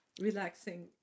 relaxing